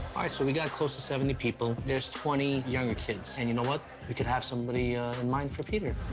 right so we got close to seventy people, there's twenty younger kids, and you know what? we could have somebody in mind for peter.